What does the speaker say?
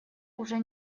уже